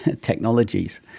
technologies